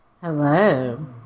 hello